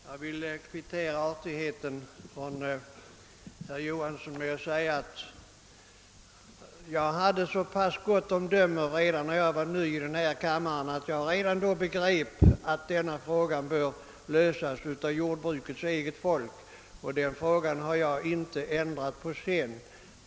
Herr talman! Jag vill kvittera herr Jehanssons artighet med att säga att jag redan när jag var ny i denna kammare hade så pass omdöme att jag begrep, att denna semesterfråga bör lösas av jordbrukets eget folk. Den inställningen har jag inte ändrat sedan dess.